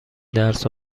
درس